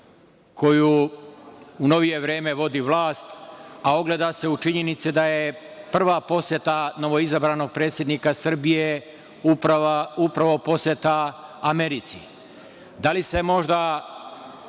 koju u novije vreme vodi vlast, a ogleda se u činjenici da je prava poseta novoizabranog predsednika Srbije upravo poseta Americi? Da li se možda